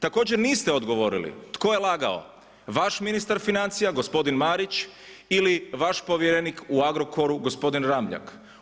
Također niste odgovorili tko je lagao vaš ministar financija gospodin Marić ili vaš povjerenik u Agrokoru gospodin Ramljak?